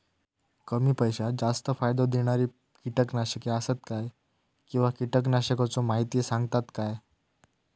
कमी पैशात जास्त फायदो दिणारी किटकनाशके आसत काय किंवा कीटकनाशकाचो माहिती सांगतात काय?